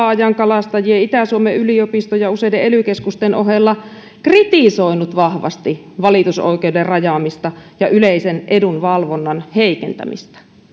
ajankalastajien itä suomen yliopiston ja useiden ely keskusten ohella kritisoinut vahvasti valitusoikeuden rajaamista ja yleisen edun valvonnan heikentämistä